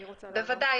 בוודאי.